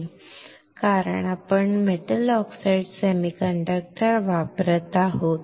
का कारण आपण मेटल ऑक्साईड सेमीकंडक्टर वापरत आहोत